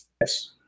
Yes